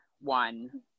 one